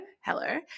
Hello